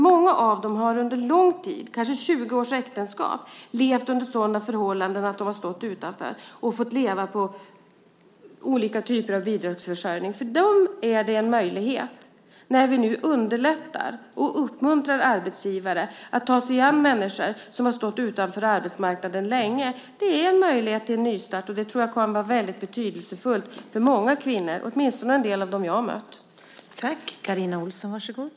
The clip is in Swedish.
Många av dem har under lång tid, kanske 20 års äktenskap, levt under sådana förhållanden att de har stått utanför och fått leva på olika typer av bidragsförsörjning. För dem är det en möjlighet när vi nu underlättar och uppmuntrar arbetsgivare att ta sig an människor som har stått utanför arbetsmarknaden länge. Det är en möjlighet till en nystart, och det tror jag kommer att vara väldigt betydelsefullt för många kvinnor, det gäller åtminstone en del av dem jag har mött.